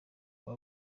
aba